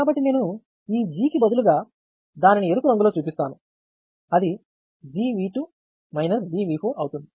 కాబట్టి నేను ఈ G కి బదులుగా దానిని ఎరుపు రంగులో చూపిస్తాను అది G G అవుతుంది